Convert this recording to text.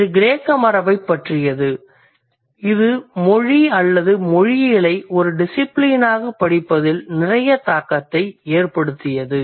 இது கிரேக்க மரபைப் பற்றியது இது மொழி அல்லது மொழியியலை ஒரு டிசிபிலினைப் படிப்பதில் நிறைய தாக்கத்தை ஏற்படுத்தியது